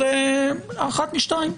אחת משתיים: